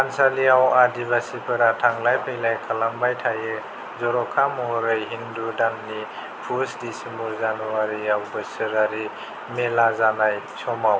थानसालियाव आदिबासिफोरा थांलाय फैलाय खालामबाय थायो जर'खा महरै हिन्दु दाननि पुस डिसेम्बर जानुवारिआव बोसोरारि मेला जानाय समाव